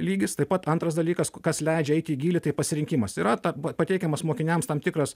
lygis taip pat antras dalykas kas leidžia eit į gylį tai pasirinkimas yra ta pateikiamas mokiniams tam tikras